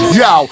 yo